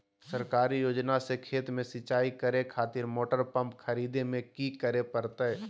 सरकारी योजना से खेत में सिंचाई करे खातिर मोटर पंप खरीदे में की करे परतय?